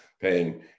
paying